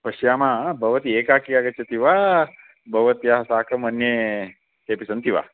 पश्यामः भवती एकाकी आगच्छति वा भवत्याः साकम् अन्ये केपि सन्ति वा